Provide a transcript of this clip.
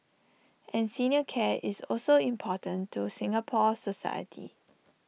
and senior care is also important to Singapore society